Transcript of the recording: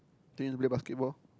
then you want to play basketball